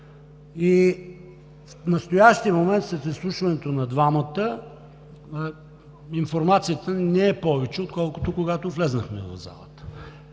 В настоящия момент, след изслушването на двамата, информацията не е повече, отколкото когато влязохме в залата.